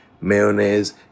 mayonnaise